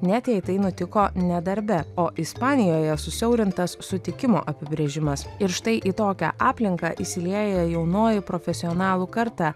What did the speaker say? net jei tai nutiko ne darbe o ispanijoje susiaurintas sutikimo apibrėžimas ir štai į tokią aplinką įsiliejo jaunoji profesionalų karta